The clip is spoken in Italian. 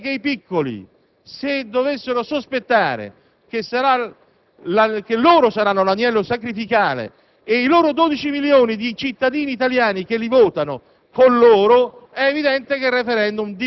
ai partiti grandi - perché è evidente che se i piccoli dovessero sospettare che saranno loro l'agnello sacrificale con i loro 12 milioni di cittadini italiani che li votano,